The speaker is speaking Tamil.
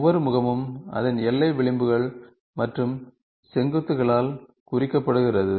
ஒவ்வொரு முகமும் அதன் எல்லை விளிம்புகள் மற்றும் செங்குத்துகளால் குறிக்கப்படுகிறது